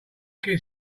kid